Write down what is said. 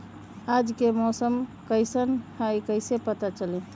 आज के मौसम कईसन हैं कईसे पता चली?